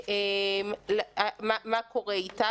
מה קורה איתה?